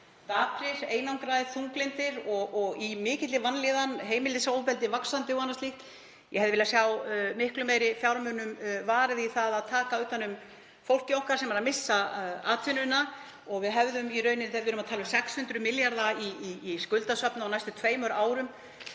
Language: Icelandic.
daprir, einangraðir, þunglyndir og í mikilli vanlíðan, heimilisofbeldi vaxandi og annað slíkt. Ég hefði viljað sjá miklu meiri fjármunum varið í það að taka utan um fólkið okkar sem er að missa atvinnuna. Og þegar við erum að tala um 600 milljarða í skuldasöfnun á næstu tveimur árum